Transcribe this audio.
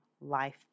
life